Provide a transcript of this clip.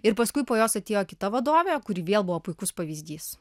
ir paskui po jos atėjo kita vadovė kuri vėl buvo puikus pavyzdys